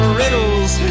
riddles